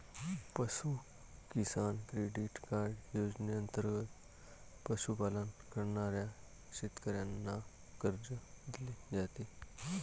पशु किसान credit card योजनेंतर्गत पशुपालन करणाऱ्या शेतकऱ्यांना कर्ज दिले जाते